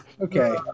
Okay